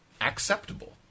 acceptable